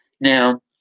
Now